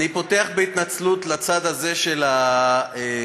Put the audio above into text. אני פותח בהתנצלות לצד הזה של האולם.